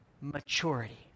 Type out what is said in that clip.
maturity